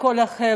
עם כל החבר'ה.